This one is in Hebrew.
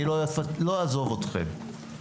אני לא אעזוב אתכם.